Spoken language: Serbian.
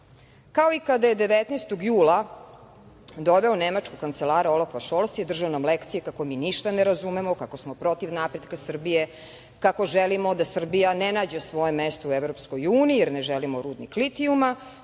Kao i kada je 19. jula doveo nemačkog kancelara Olafa Šolca i držao nam lekcije kako mi ništa ne razumemo, kako smo protiv napretka Srbije, kako želimo da Srbija ne nađe svoje mesto u EU, jer ne želimo rudnik litijuma,